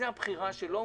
זאת הבחירה שלו,